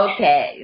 Okay